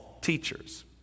teachers